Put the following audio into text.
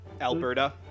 Alberta